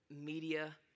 media